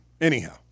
anyhow